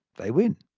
they win.